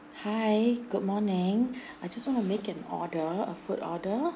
hi good morning I just want to make an order a food order